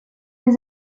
les